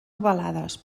ovalades